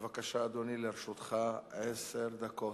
בבקשה, אדוני, לרשותך עשר דקות.